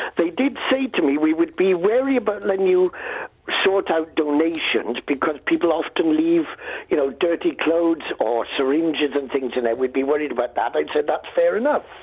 they did say to me we would be wary about letting you sort out donations because people often leave you know dirty clothes or syringes and things in there, we'd be worried about that. i said that's fair enough.